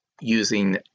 using